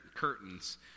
curtains